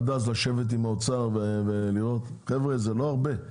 עד אז לשבת עם האוצר ולראות, חבר'ה זה לא הרבה,